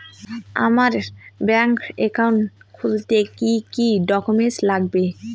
আমার bank account খুলতে কি কি ডকুমেন্ট লাগবে?